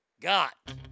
got